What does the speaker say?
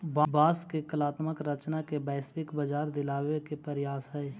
बाँस के कलात्मक रचना के वैश्विक बाजार दिलावे के प्रयास हई